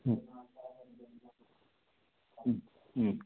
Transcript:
ಹ್ಞೂ ಹ್ಞೂ ಹ್ಞೂ